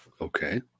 Okay